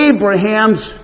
Abraham's